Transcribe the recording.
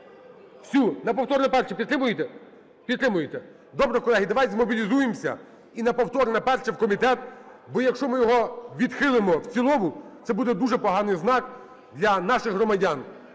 Всю. На повторне перше, підтримуєте? Підтримуєте. Добре, колеги, давайте змобілізуємося і на повторне перше - в комітет. Бо, якщо ми його відхилимо в цілому, це буде дуже поганий знак для наших громадян.